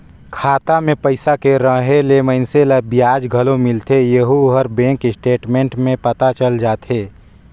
खाता मे पइसा के रहें ले मइनसे ल बियाज घलो मिलथें येहू हर बेंक स्टेटमेंट में पता चल जाथे